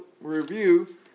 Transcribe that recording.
review